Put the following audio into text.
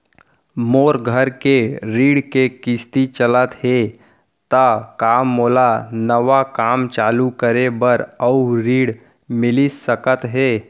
मोर घर के ऋण के किसती चलत हे ता का मोला नवा काम चालू करे बर अऊ ऋण मिलिस सकत हे?